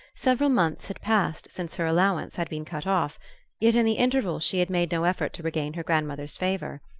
several months had passed since her allowance had been cut off yet in the interval she had made no effort to regain her grandmother's favour.